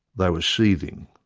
they were seething,